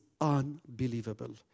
unbelievable